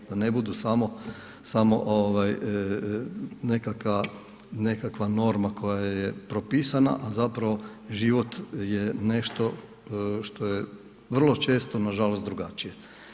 Da oni ne budu samo, samo nekakva norma koja je propisana, a zapravo život je nešto što je vrlo često nažalost drugačije.